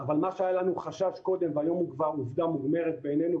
אבל מה שהיה לנו חשש קודם והיום הוא כבר עובדה מוגמרת בעינינו,